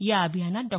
या अभियानात डॉ